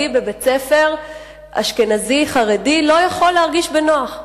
בבית-ספר אשכנזי-חרדי לא יכול להרגיש בנוח.